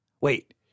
Wait